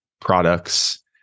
products